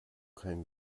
kein